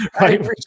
Right